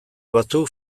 batzuk